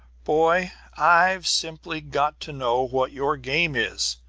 boy, i've simply got to know what your game is.